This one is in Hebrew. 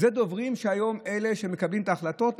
אלה דוברים שהיום הם שמקבלים את ההחלטות.